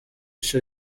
ico